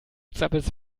zappelst